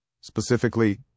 specifically